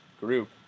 group